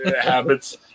habits